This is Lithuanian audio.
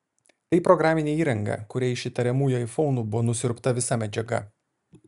tai programinė įranga kuria iš įtariamųjų aifonų buvo nusiurbta visa medžiaga